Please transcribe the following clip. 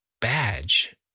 badge